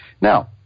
Now